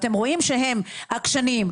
אתם רואים שהם עקשנים,